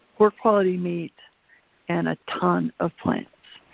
poor quality meat and a ton of plants.